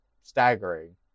staggering